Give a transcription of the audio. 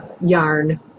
yarn